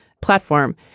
platform